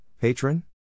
Patron